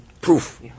proof